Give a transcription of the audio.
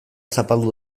zapaldu